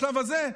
בשלב הזה,